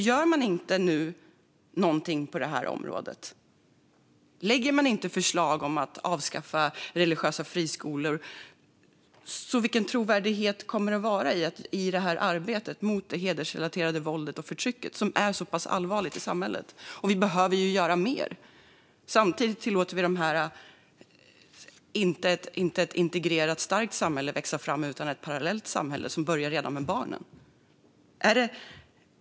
Gör man inget på detta område nu och lägger fram förslag om att avskaffa religiösa friskolor, vilken trovärdighet kommer då arbetet mot hedersrelaterat våld och förtryck att ha? Det här är allvarligt för samhället, och vi behöver göra mer. Samtidigt tillåts inte ett integrerat och starkt samhälle växa fram utan i stället ett parallellt samhälle, som börjar redan med barnen.